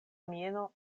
mieno